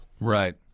Right